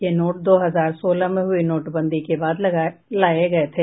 ये नोट दो हजार सोलह में हुई नोटबंदी के बाद लाये गये थे